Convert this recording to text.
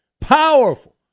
powerful